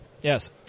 yes